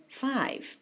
five